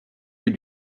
lieu